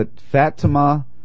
Fatima